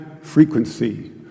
frequency